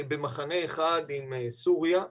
במחנה אחד עם סוריה,